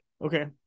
Okay